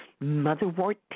Motherwort